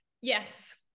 Yes